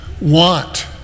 want